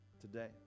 today